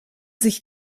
sich